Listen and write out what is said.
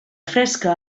fresca